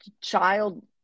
child